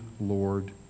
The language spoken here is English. Lord